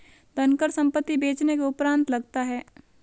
धनकर संपत्ति बेचने के उपरांत लगता है